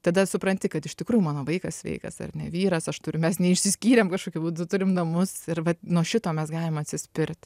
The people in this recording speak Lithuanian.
tada supranti kad iš tikrųjų mano vaikas sveikas ar ne vyras aš turiu mes neišsiskyrėm kažkokiu būdu turim namus ir vat nuo šito mes galim atsispirt